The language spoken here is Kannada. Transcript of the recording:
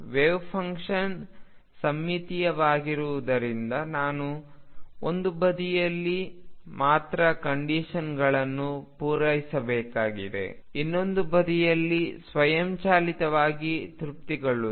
ವೆವ್ಫಂಕ್ಷನ್ ಸಮ್ಮಿತೀಯವಾಗಿರುವುದರಿಂದ ನಾನು ಒಂದು ಬದಿಯಲ್ಲಿ ಮಾತ್ರ ಕಂಡೀಶನ್ಗಳನ್ನು ಪೂರೈಸಬೇಕಾಗಿದೆ ಇನ್ನೊಂದು ಬದಿಯಲ್ಲಿ ಸ್ವಯಂಚಾಲಿತವಾಗಿ ತೃಪ್ತಿಗೊಳ್ಳುತ್ತದೆ